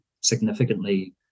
significantly